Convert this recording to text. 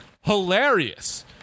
hilarious